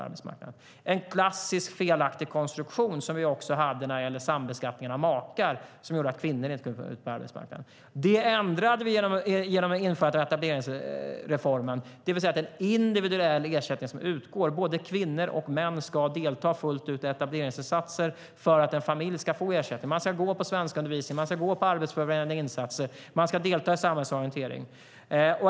Det var en klassisk felkonstruktion som vi också hade när det gällde sambeskattningen av makar, vilket gjorde att kvinnor inte gick ut på arbetsmarknaden. Detta ändrade vi på genom att införa etableringsreformen. Nu är det en individuell ersättning som utgår. Både kvinnor och män ska delta fullt ut i etableringsinsatser för att en familj ska få ersättning. Man ska gå på svenskundervisning och delta i arbetsförberedande insatser och samhällsorientering.